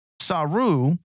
Saru